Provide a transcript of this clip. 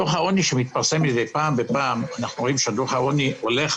דוח העוני מתפרסם מידי פעם ופעם ואנחנו רואים שהוא הוא ומתרחב